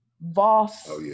Voss